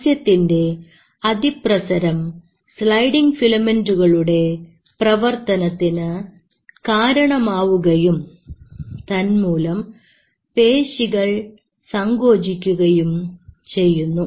കാൽസ്യത്തിൻറെ അതിപ്രസരം സ്ലൈഡിങ് ഫിലമെന്റ്കളുടെ പ്രവർത്തനത്തിന് കാരണമാവുകയും തന്മൂലം പേശികൾ സങ്കോചിക്കുകയും ചെയ്യുന്നു